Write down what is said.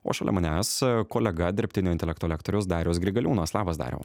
o šalia manęs kolega dirbtinio intelekto lektorius darius grigaliūnas labas dariau